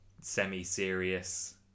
semi-serious